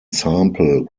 sample